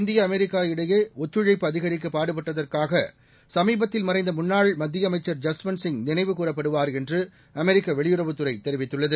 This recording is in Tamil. இந்திய அமெரிக்கா இடையே ஒத்துழைப்பு அதிகரிக்க பாடுபட்டதற்காக சமீபத்தில் மறைந்த முன்னாள் மத்திய அமைச்சர் ஜஸ்வந்த் சிங் நினைவுகூரப்படுவார் என்ற அமெரிக்க வெளியுறவுத்துறை தெரிவித்தளளது